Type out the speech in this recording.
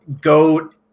GOAT